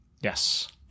yes